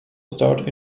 starred